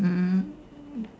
mm